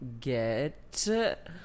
get